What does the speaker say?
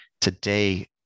Today